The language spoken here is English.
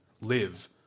live